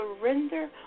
surrender